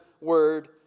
word